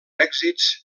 èxits